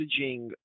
messaging